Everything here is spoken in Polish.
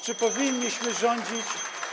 Czy powinniśmy rządzić.